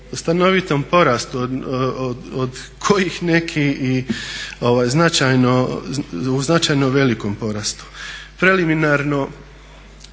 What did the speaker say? porastu od kojih neki i u značajno velikom porastu. Preliminarno,